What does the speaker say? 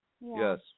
Yes